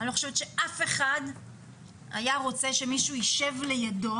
אני לא חושבת שאף אחד היה רוצה שמישהו יישב לידו